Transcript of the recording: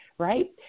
Right